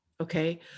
Okay